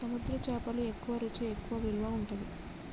సముద్ర చేపలు ఎక్కువ రుచి ఎక్కువ విలువ ఉంటది